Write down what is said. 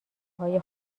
های